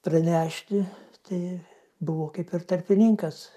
pranešti tai buvau kaip ir tarpininkas